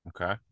Okay